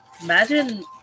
Imagine